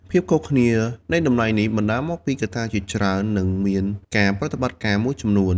ភាពខុសគ្នានៃតម្លៃនេះបណ្តាលមកពីកត្តាជាច្រើន និងមានការប្រតិបត្តិការមួយចំនួន។